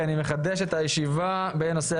אני מתכבד לפתוח את ישיבת ועדת הכנסת,